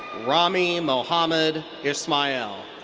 rami mohamed ismael.